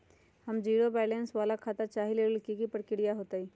हम zero balance वाला खाता चाहइले वो लेल की की प्रक्रिया होतई?